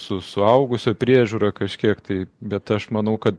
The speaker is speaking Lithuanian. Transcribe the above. su suaugusio priežiūra kažkiek tai bet aš manau kad